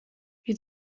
wie